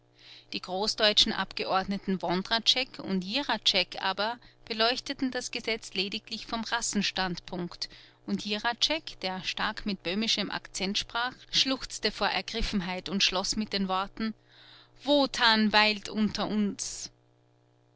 die großdeutschen abgeordneten wondratschek und jiratschek aber beleuchteten das gesetz lediglich vom rassenstandpunkt und jiratschek der stark mit böhmischem akzent sprach schluchzte vor ergriffenheit und schloß mit den worten wotan weilt unter uns